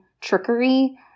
trickery